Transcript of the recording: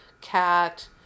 Cat